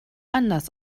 anders